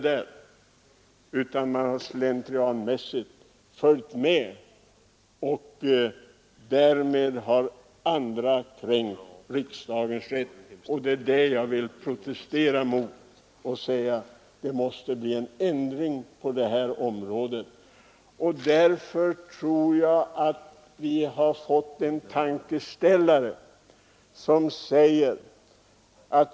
De har slentrianmässigt följt med strömmen, och därmed har andra kränkt riksdagens rätt. Det är det jag vill protestera mot; det måste bli en ändring på det här området. Därför tror jag att vi har fått en tankeställare.